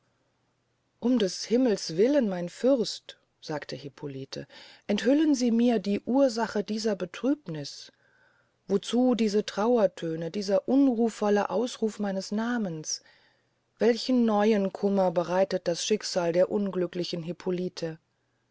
um des himmels willen mein fürst sagte hippolite enthüllen sie mir die ursach dieser betrübniß wozu diese trauertöne dieser unruhvolle ausruf meines nahmens welchen neuen kummer bereitet das schicksal der unglücklichen